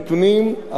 כדי למנוע,